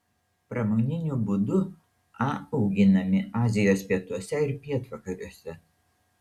pramoniniu būdu a auginami azijos pietuose ir pietvakariuose